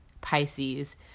Pisces